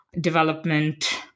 development